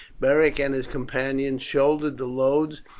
beric and his companions shouldered the loads,